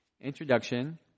introduction